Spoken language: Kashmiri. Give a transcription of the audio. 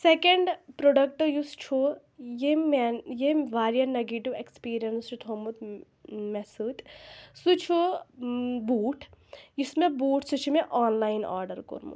سیکَنٛڈ پرٛوڈکٹہٕ یُس چھُ یٔمۍ میٛانہِ یٔمۍ واریاہ نَگیٹیٛوٗ ایکٕسپیٖرَنَس چھُ تھوٚومُت مےٚ سۭتۍ سُہ چھُ بوٗٹھ یُس مےٚ بوٗٹھ سُہ چھُ مےٚ آن لایِن آرڈَر کوٚرمُت